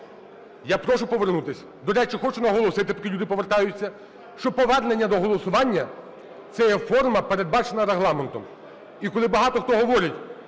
Я прошу повернутись. До речі, хочу наголосити, поки люди повертаються, що повернення до голосування це є форма, передбачена Регламентом. І коли багато хто говорить,